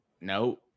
no